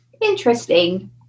Interesting